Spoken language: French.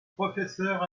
professeur